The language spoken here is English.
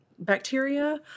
bacteria